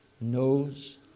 knows